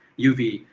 uv.